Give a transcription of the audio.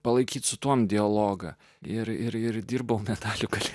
palaikyti su tuom dialogą ir ir dirbau detalių kad